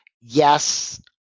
yes